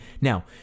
Now